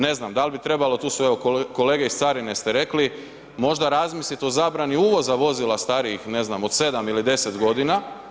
Ne znam da li bi trebalo, tu su evo kolege iz carine ste rekli, možda razmisliti o zabrani uvoza vozila starijih, ne znam od 7 ili 10 godina.